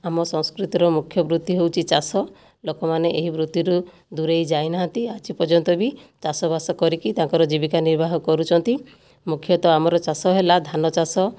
ଆମ ସଂସ୍କୃତିର ମୁଖ୍ୟ ବୃତ୍ତି ହେଉଛି ଚାଷ ଲୋକମାନେ ଏହି ବୃତ୍ତିରୁ ଦୂରେଇଯାଇନାହାନ୍ତି ଆଜି ପର୍ଯ୍ୟନ୍ତ ବି ଚାଷ ବାସ କରିକି ତାଙ୍କର ଜୀବିକା ନିର୍ବାହ କରୁଛନ୍ତି ମୁଖ୍ୟତଃ ଆମର ଚାଷ ହେଲା ଧାନ ଚାଷ